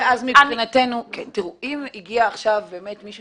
אם הגיע עכשיו מישהו